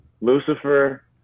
lucifer